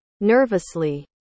Nervously